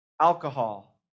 alcohol